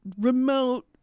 remote